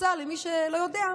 למי שלא יודע,